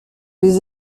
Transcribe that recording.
les